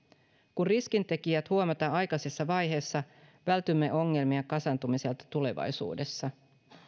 kun riskitekijät huomataan aikaisessa vaiheessa vältymme ongelmien kasaantumiselta tulevaisuudessa